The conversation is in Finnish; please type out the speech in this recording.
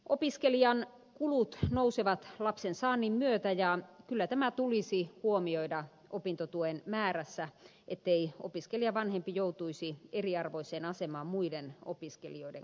opiskelijan kulut nousevat lapsensaannin myötä ja kyllä tämä tulisi huomioida opintotuen määrässä ettei opiskelijavanhempi joutuisi eriarvoiseen asemaan muiden opiskelijoiden kanssa